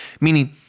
Meaning